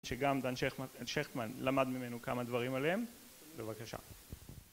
שגם דן שכטמן למד ממנו כמה דברים עליהם בבקשה